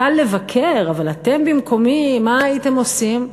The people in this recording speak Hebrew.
קל לבקר, אבל אתם במקומי, מה הייתם עושים?